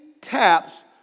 taps